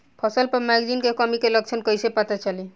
फसल पर मैगनीज के कमी के लक्षण कइसे पता चली?